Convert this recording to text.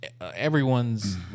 everyone's